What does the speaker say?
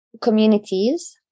communities